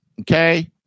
okay